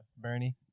Bernie